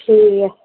ठीक ऐ